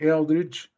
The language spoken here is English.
Eldridge